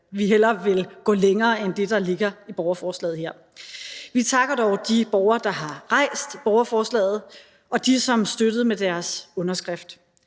vi hellere vil gå længere end det, der ligger i borgerforslaget her. Vi takker de borgere, der har stillet borgerforslaget, og dem, som støttede med deres underskrift.